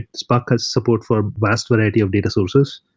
spark has support for vast variety of data sources.